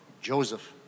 Joseph